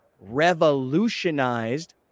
revolutionized